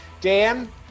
Dan